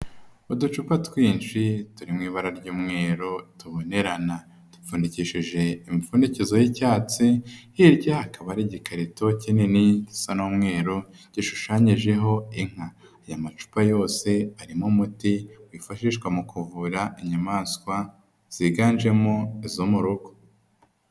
Uducupa twinshi turi mu ibara ry'umweru tubonerana dupfunyikishije impfunikizo y'icyatsi hirya hakaba hari igikarito kinini gisa n'umweru gishushanyijeho inka, aya macupa yose arimo umuti wifashishwa mu kuvura inyamaswa ziganjemo izo mu rugo.